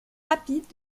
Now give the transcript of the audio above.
rapide